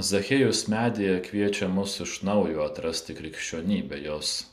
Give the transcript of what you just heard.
zachiejus medyje kviečia mus iš naujo atrasti krikščionybę jos